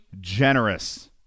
generous